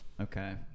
okay